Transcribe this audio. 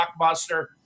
blockbuster